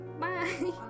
Bye